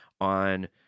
on